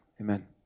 amen